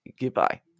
goodbye